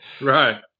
Right